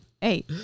hey